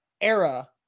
era